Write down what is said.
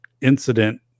incident